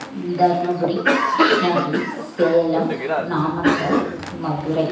Dharmapuri Krishnagiri Salem Namakkal Madurai